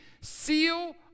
Seal